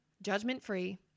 Judgment-free